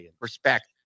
respect